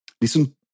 listen